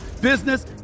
business